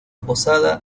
posada